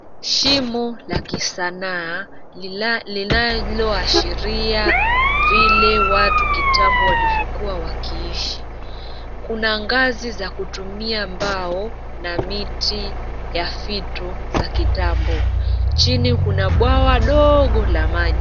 Shimo la kisanaa linaloashiria vile watu kitambo walivyokuwa wakiishi. Kuna ngazi za kutumia mbao na miti ya fito za kitambo. Chini kuna bwawa dogo la maji.